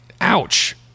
ouch